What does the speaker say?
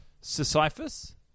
Sisyphus